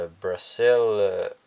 Brazil